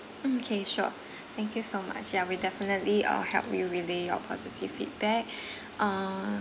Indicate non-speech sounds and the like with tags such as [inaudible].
um okay sure thank you so much yeah we'll definitely uh help you relay your positive feedback [breath] uh